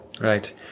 Right